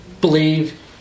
believe